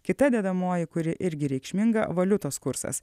kita dedamoji kuri irgi reikšminga valiutos kursas